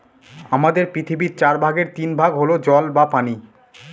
আমাদের পৃথিবীর চার ভাগের তিন ভাগ হল জল বা পানি